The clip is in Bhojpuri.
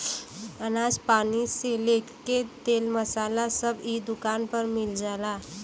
अनाज पानी से लेके तेल मसाला सब इ दुकान पर मिल जाला